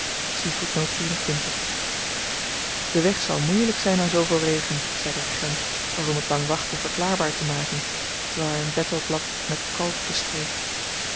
de weg zal moeielyk zyn na zooveel regen zei de regent als om t lang wachten verklaarbaar te maken terwyl hy een betelblad met kalk bestreek